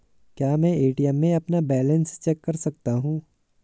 क्या मैं ए.टी.एम में अपना बैलेंस चेक कर सकता हूँ?